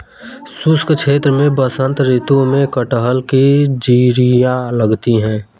शुष्क क्षेत्र में बसंत ऋतु में कटहल की जिरीयां लगती है